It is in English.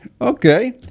Okay